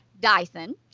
dyson